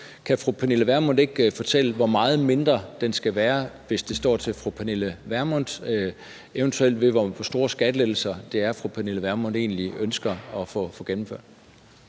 Kan fru Pernille Vermund ikke fortælle, hvor meget mindre den skal være, hvis det står til fru Pernille Vermund, og eventuelt fortælle, hvor store skattelettelser det er, fru Pernille Vermund egentlig ønsker at få gennemført?